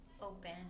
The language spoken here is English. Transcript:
open